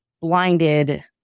blinded